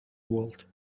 world